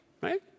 right